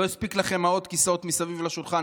לא הספיקו לכם עוד כיסאות מסביב לשולחן,